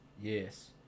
Yes